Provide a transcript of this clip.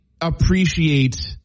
appreciate